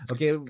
Okay